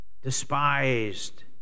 Despised